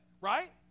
Right